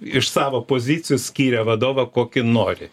iš savo pozicijų skiria vadovą kokį nori